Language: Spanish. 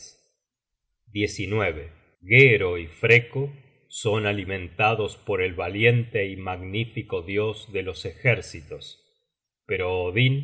los einhaeryars gero y freko son alimentados por el valiente y magnífico dios de los ejércitos pero odin